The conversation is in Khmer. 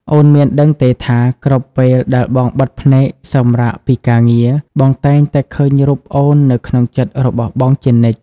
អូនមានដឹងទេថា គ្រប់ពេលដែលបងបិទភ្នែកសម្រាកពីការងារ បងតែងតែឃើញរូបអូននៅក្នុងចិត្តរបស់បងជានិច្ច?